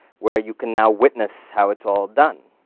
where you can now witness how it's all done.